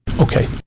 Okay